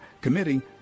committing